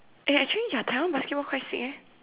eh actually ya Taiwan basketball quite sick eh